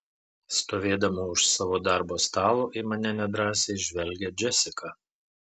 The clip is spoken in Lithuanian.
stovėdama už savo darbo stalo į mane nedrąsiai žvelgia džesika